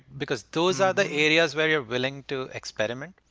because those are the areas where you're willing to experiment.